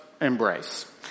embrace